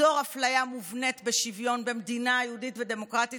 תיצור אפליה מובנית בשוויון במדינה יהודית ודמוקרטית,